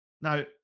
Now